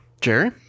Jerry